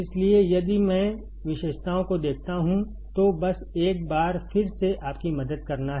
इसलिए यदि मैं विशेषताओं को देखता हूं तो बस एक बार फिर से आपकी मदद करना है